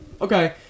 Okay